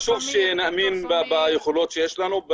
חשוב שנאמין ביכולות שיש לנו,